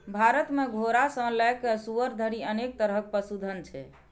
भारत मे घोड़ा सं लए कए सुअर धरि अनेक तरहक पशुधन छै